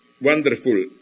wonderful